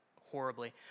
horribly